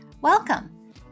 Welcome